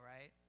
right